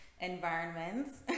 environments